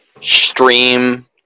stream